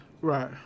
Right